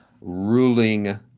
ruling